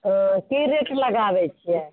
ओ की रेट लगाबैत छियै